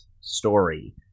story